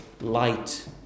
light